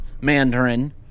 Mandarin